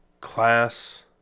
class